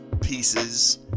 pieces